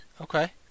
Okay